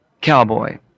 cowboy